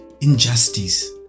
injustice